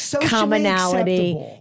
commonality